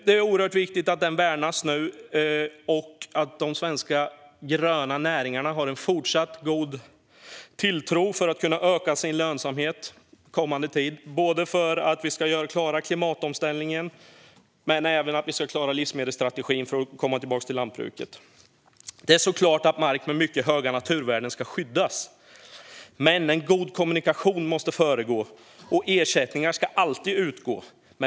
Det är oerhört viktigt att äganderätten nu värnas och att de svenska gröna näringarna har fortsatt god tilltro till att de kommer att öka sin lönsamhet den kommande tiden, både för att klara klimatomställningen och för att klara livsmedelsstrategin, så att man kan komma tillbaka till lantbruket. Det är klart att mark med mycket höga naturvärden ska skyddas. Men en god kommunikation måste föregå, och ersättningar ska alltid utgå.